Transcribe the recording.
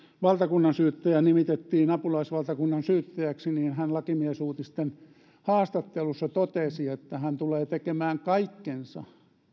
valtakunnansyyttäjä nimitettiin apulaisvaltakunnansyyttäjäksi hän lakimiesuutisten haastattelussa totesi että hän tulee tekemään kaikkensa